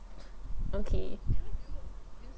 okay